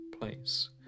place